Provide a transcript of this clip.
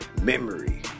memory